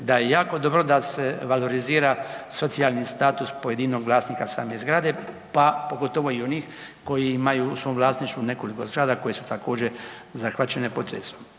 da je jako dobro da se valorizira socijalni status pojedinog vlasnika same zgrade, pa pogotovo i onih koji imaju u svom vlasništvu nekoliko zgrada koje su također zahvaćene potresom.